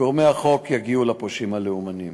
גורמי החוק יגיעו לפושעים הלאומנים